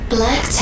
Black